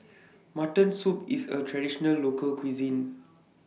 Mutton Soup IS A Traditional Local Cuisine